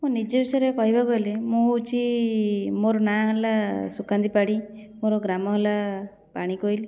ମୁଁ ନିଜ ବିଷୟରେ କହିବାକୁ ହେଲେ ମୁଁ ହେଉଛି ମୋର ନାଁ ହେଲା ସୁକାନ୍ତି ପାଢ଼ୀ ମୋର ଗ୍ରାମ ହେଲା ପାଣିକୋଇଲି